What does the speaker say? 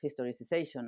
historicization